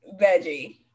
veggie